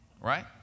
right